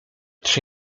czy